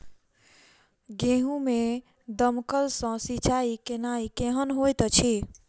गेंहूँ मे दमकल सँ सिंचाई केनाइ केहन होइत अछि?